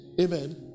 Amen